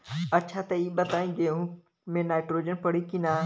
अच्छा त ई बताईं गेहूँ मे नाइट्रोजन पड़ी कि ना?